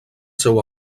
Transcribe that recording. seu